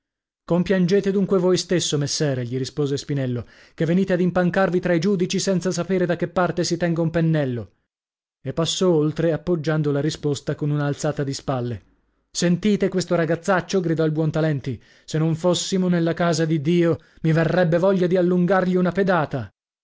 osservazione compiangete dunque voi stesso messere gli rispose spinello che venite ad impancarvi tra i giudici senza sapere da che parte si tenga un pennello e passò oltre appoggiando la risposta con una alzata di spalle sentite questo ragazzaccio gridò il buontalenti se non fossimo nella casa di dio mi verrebbe voglia di allungargli una pedata